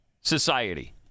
society